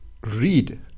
read